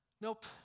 Nope